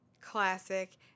Classic